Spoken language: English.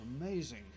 Amazing